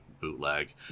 bootleg